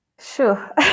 Sure